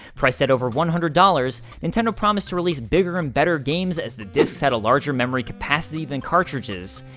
priced at over one hundred dollars, nintendo promised to release bigger and better games, as the disks had a larger memory capacity than cartridges.